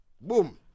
boom